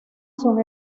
son